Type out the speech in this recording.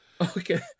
Okay